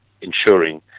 ensuring